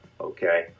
okay